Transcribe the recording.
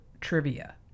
trivia